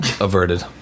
averted